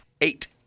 Eight